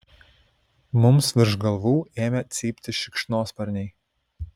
mums virš galvų ėmė cypti šikšnosparniai